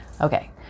Okay